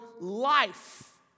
life